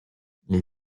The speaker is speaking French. les